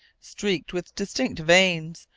streaked with distinct veins,